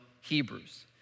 Hebrews